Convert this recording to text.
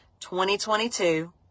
2022